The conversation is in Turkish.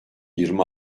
yirmi